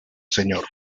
señor